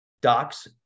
Doc's